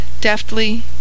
Deftly